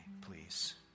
please